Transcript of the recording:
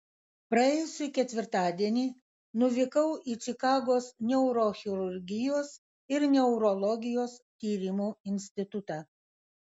praėjusį ketvirtadienį nuvykau į čikagos neurochirurgijos ir neurologijos tyrimų institutą